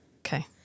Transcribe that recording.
Okay